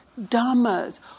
dhammas